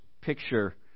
picture